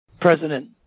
president